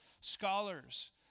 scholars